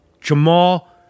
Jamal